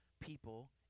people